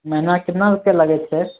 महिनाके कितना रुपैआ लगइ छै